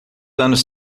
anos